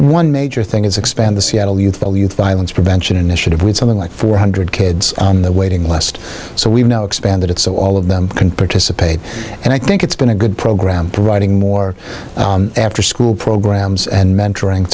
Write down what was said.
one major thing is expand the seattle youth the youth violence prevention initiative with something like four hundred kids on the waiting list so we've now expanded it so all of them can participate and i think it's been a good program providing more afterschool programs and mentoring